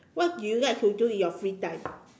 what do you like to do in your free time